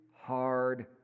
hard